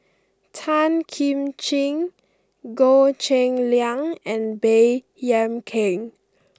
Tan Kim Ching Goh Cheng Liang and Baey Yam Keng